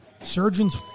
Surgeons